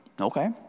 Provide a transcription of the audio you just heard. Okay